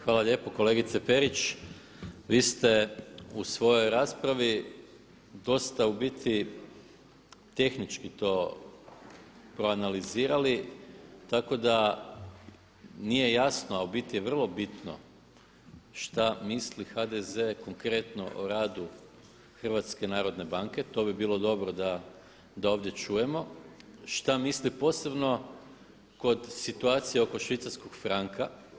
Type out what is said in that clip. Hvala lijepo kolegice Perić, vi ste u svojoj raspravi dosta u biti tehnički to proanalizirali tako da nije jasno a u biti je vrlo bitno šta misli HDZ konkretno o radu HNB-a, to bi bilo dobro da ovdje čujemo, šta misli posebno kod situacija oko švicarskog franka.